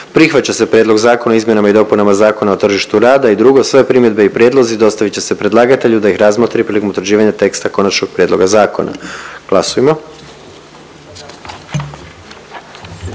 prihvaća se Prijedlog Zakona o izmjenama i dopunama Zakona o osiguranju i drugo, sve primjedbe i prijedlozi dostavit će se predlagatelju da ih razmotri prilikom utvrđivanja teksta konačnog prijedloga zakona. Glasujmo.